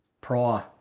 prior